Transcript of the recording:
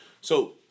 So-